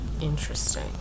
interesting